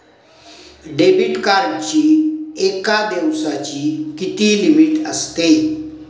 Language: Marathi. डेबिट कार्डची एका दिवसाची किती लिमिट असते?